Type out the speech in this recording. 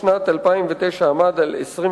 מס החברות בשנת 2009 עמד על 26%,